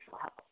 help